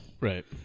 Right